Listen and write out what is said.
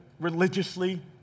religiously